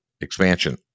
expansion